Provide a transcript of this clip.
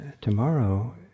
tomorrow